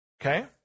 Okay